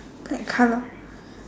black colour